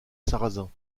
sarrasins